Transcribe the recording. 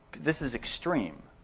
this is extreme.